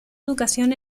educación